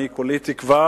אני כולי תקווה